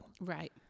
Right